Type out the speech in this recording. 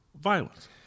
violence